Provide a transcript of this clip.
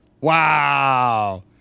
Wow